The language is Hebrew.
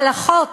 הלכות